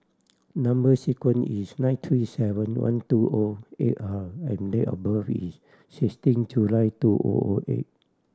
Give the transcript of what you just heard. number sequence is nine two seven one two O eight R and date of birth is sixteen July two O O eight